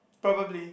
probably